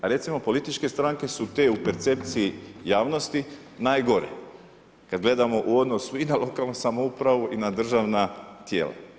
A recimo političke stranke su te u percepciji javnosti najgore kada gledamo u odnosu i na lokalnu samoupravu i na državna tijela.